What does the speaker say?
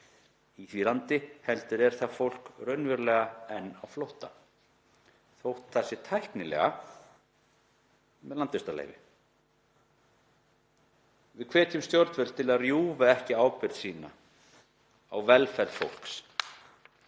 í því landi heldur er það fólk raunverulega enn á flótta þótt að það sé „tæknilega“ með landvistarleyfi. Við hvetjum stjórnvöld til að rjúfa ekki ábyrgð sína á velferð fólks